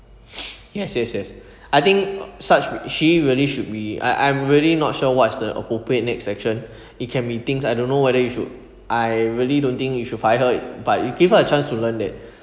yes yes yes I think uh such she really should be I I'm really not sure what's the appropriate next action it can be things I don't know whether you should I really don't think you should fire her but you give her a chance to learn that